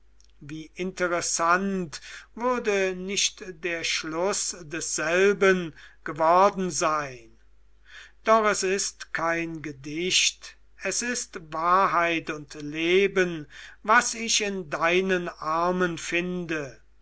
wie interessant würde nicht der schluß desselben geworden sein doch es ist kein gedicht es ist wahrheit und leben was ich in deinen armen finde